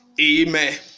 Amen